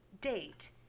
date